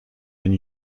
been